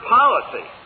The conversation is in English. policy